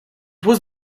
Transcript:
was